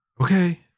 Okay